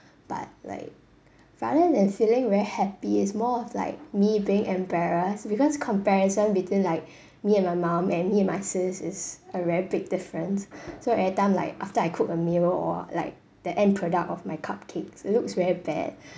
but like rather than feeling very happy it's more of like me being embarrassed because comparison between like me and my mum and me and my sis is a very big difference so every time like after I cook a meal or like the end product of my cupcakes it looks very bad